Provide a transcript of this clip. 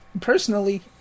Personally